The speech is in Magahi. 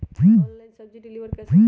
ऑनलाइन सब्जी डिलीवर कैसे करें?